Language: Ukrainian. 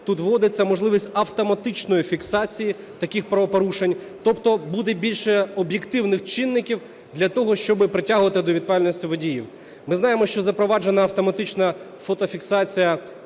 тут вводиться можливість автоматичної фіксації таких правопорушень, тобто буде більше об'єктивних чинників для того, щоб притягувати до відповідальності водіїв. Ми знаємо, що запроваджена автоматична фотофіксація